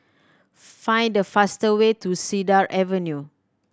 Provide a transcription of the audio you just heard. find the fast way to Cedar Avenue